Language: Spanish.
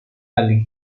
ali